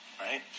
right